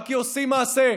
רק כי עושים מעשה.